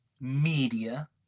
media